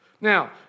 Now